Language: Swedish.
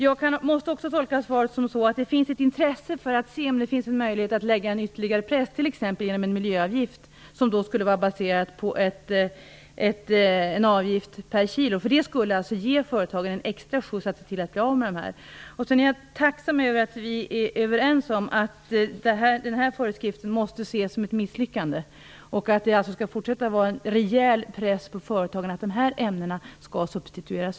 Jag tolkar också det miljöministern säger i svaret som att det finns ett intresse för att undersöka möjligheten att ta fram en ytterligare press, t.ex. i form av en miljöavgift baserad på en viss avgift per kilo. Det skulle ge företagen en extra skjuts för att se till att bli av med de här ämnena. Jag är också tacksam över att vi är överens om att den här föreskriften måste ses som ett misslyckande och att det alltså även i fortsättningen skall finnas en rejäl press på företagen att se till att de här ämnena substitueras.